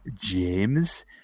James